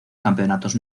campeonatos